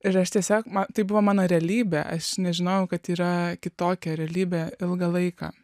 ir aš tiesiog man tai buvo mano realybė aš nežinojau kad yra kitokia realybė ilgą laiką